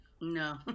No